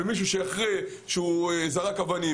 מישהו שזרק אבנים,